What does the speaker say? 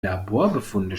laborbefunde